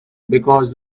because